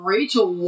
Rachel